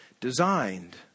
designed